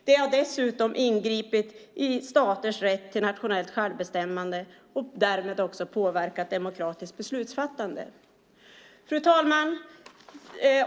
De har dessutom ingripit i staters rätt till nationellt självbestämmande och därmed också påverkat demokratiskt beslutsfattande. Fru talman!